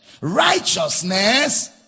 righteousness